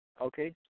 okay